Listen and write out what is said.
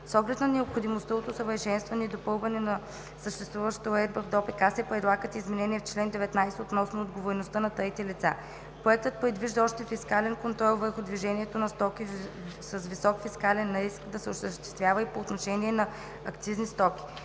С оглед на необходимостта от усъвършенстване и допълване на съществуващата уредба в ДОПК се предлагат изменения в чл. 19 относно отговорността на трети лица. Проектът предвижда още фискален контрол върху движението на стоки с висок фискален риск да се осъществява и по отношение на акцизни стоки.